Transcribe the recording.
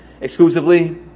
exclusively